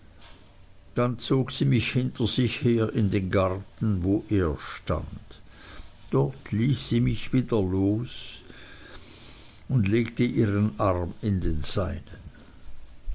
dann zog sie mich hinter sich her in den garten wo er stand dort ließ sie mich wieder los und legte ihren arm in den seinen